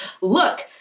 look